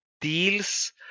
deals